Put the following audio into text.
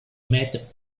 met